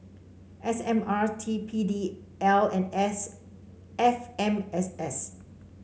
S M R T P D L and S F M S S